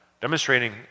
Demonstrating